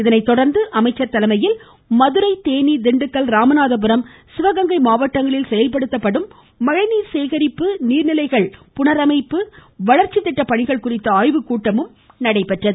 அதனை தொடர்ந்து அமைச்சர் தலைமையில் மதுரை தேனி திண்டுக்கல் ராமநாதபுரம் சிவகங்கை மாவட்டங்களில் செயல்படுத்தப்படும் மழைநீர் சேகரிப்பு நீர்நிலைகள் புனரமைப்பு மற்றும் வளர்ச்சிதிட்ட பணிகள் குறித்த ஆய்வுக்கூட்டமும் நடைபெற்றது